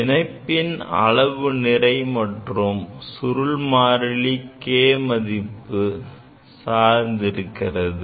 இணைப்பின் அளவு நிறை மற்றும் சுருள் மாறிலி k மதிப்பை சார்ந்து இருக்கிறது